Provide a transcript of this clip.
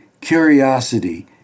curiosity